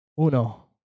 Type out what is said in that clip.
Uno